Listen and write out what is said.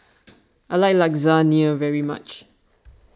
I like Lasagna very much